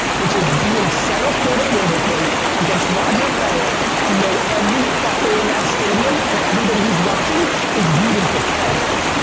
which is be in center court at wimbledon against roger federer, and know every fucker in that stadium and everybody who's watching is rooting for federer.